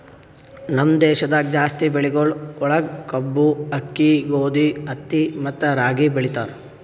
ನಮ್ ದೇಶದಾಗ್ ಜಾಸ್ತಿ ಬೆಳಿಗೊಳ್ ಒಳಗ್ ಕಬ್ಬು, ಆಕ್ಕಿ, ಗೋದಿ, ಹತ್ತಿ ಮತ್ತ ರಾಗಿ ಬೆಳಿತಾರ್